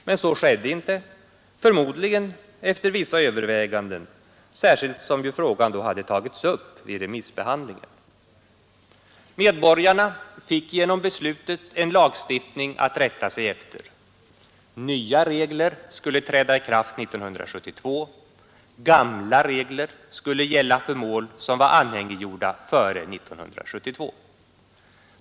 Men så skedde inte — förmodligen efter vissa överväganden, särskilt som frågan hade tagits upp vid remissbehandlingen. Medborgarna fick genom beslutet en lagstiftning att rätta sig efter: nya regler skulle träda i kraft 1972, gamla regler skulle gälla för mål som var anhängiggjorda före 1972.